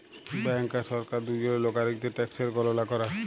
bank আর সরকার দুজলই লাগরিকদের ট্যাকসের গললা ক্যরে